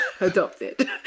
adopted